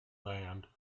band